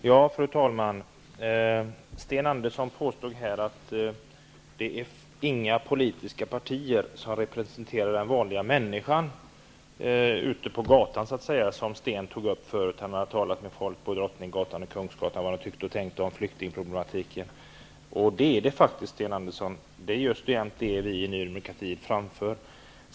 Fru talman! Sten Andersson i Malmö påstod här att det inte finns några politiska partier som representerar den vanliga människan som så att säga finns ute på gatan -- Sten Andersson talade med folk på Drottninggatan och Kungsgatan om vad de tyckte och tänkte om flyktingproblematiken. Men det finns ett sådant parti, Sten Andersson; det är just det vi i Ny demokrati framför.